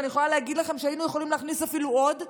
ואני יכולה להגיד לכם שהיינו יכולים להכניס אפילו עוד,